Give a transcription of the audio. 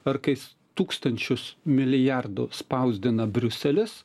ar kais tūkstančius milijardų spausdina briuselis